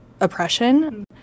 oppression